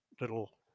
little